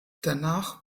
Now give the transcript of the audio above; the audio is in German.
danach